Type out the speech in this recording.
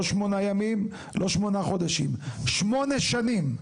לא שמונה ימים, לא שמונה חודשים, שמונה שנים.